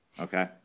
Okay